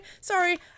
sorry